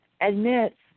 admits